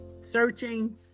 searching